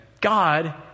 God